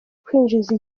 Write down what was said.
kwinjizwa